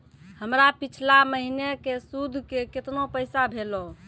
हमर पिछला महीने के सुध के केतना पैसा भेलौ?